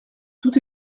tout